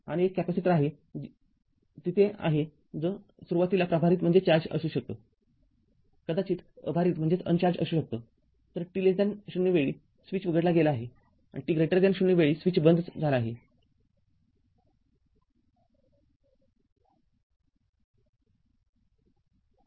आणि एक कॅपेसिटर आहे तिथे आहे तो सुरुवातीला प्रभारित असू शकतो कदाचित अभारित असू शकतो